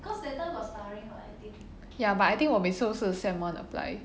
ya but I think 我每次都是 sem one apply